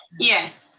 yes.